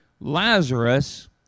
Lazarus